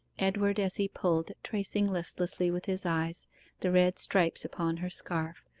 edward as he pulled tracing listlessly with his eyes the red stripes upon her scarf,